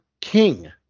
king